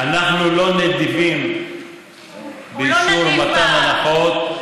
אנחנו לא נדיבים באישור מתן הנחות.